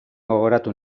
gogoratu